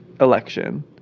election